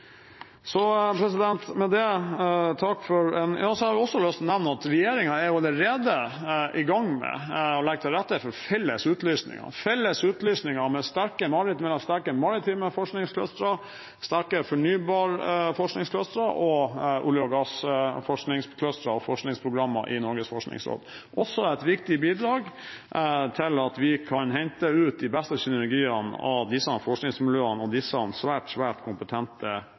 Så har jeg også lyst til å nevne at regjeringen allerede er i gang med å legge til rette for felles utlysninger for sterke maritime forskningsclustere, sterke fornybar energi-forskningsclustere, olje- og gassforskningsclustere og forskningsprogrammer i Norges forskningsråd – også et viktig bidrag til at vi kan hente ut de beste synergiene av disse forskningsmiljøene og disse svært, svært kompetente